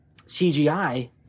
CGI